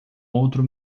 outro